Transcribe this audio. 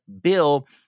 bill